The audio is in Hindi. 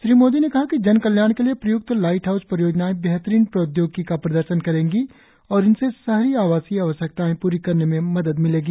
श्री मोदी ने कहा कि जनकल्याण के लिए प्रय्क्त लाइट हाउस परियोजनाएं बेहतरीन प्रौद्योगिकी का प्रदर्शन करेंगी और इनसे शहरी आवासीय आवश्यकताएं पूरी करने में मदद मिलेगी